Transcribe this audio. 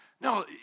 No